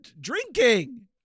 drinking